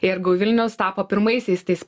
ir go vilnius tapo pirmaisiais tais